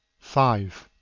five.